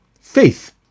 faith